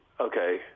okay